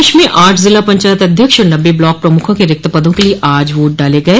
प्रदेश में आठ जिला पंचायत अध्यक्ष और नब्बे ब्लॉक प्रमुखों के रिक्त पदों के लिए आज वोट डाले गये